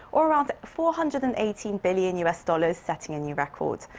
or around four hundred and eighteen billion u s. dollars, setting a new record.